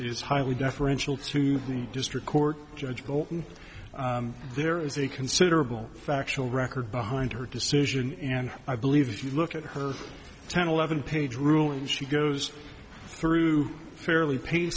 is highly deferential to the district court judge bolton there is a considerable factual record behind her decision and i believe if you look at her ten eleven page ruling she goes through a fairly p